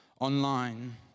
online